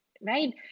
right